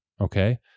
Okay